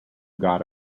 god